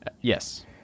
Yes